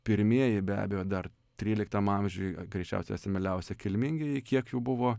pirmieji be abejo dar tryliktam amžiuj greičiausiai asimiliavosi kilmingieji kiek jų buvo